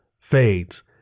fades